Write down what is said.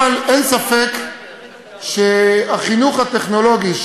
אבל אין ספק שצמצום החינוך הטכנולוגי,